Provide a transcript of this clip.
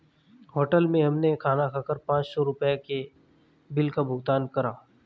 hotel में हमने खाना खाकर पाँच सौ रुपयों के बिल का भुगतान करा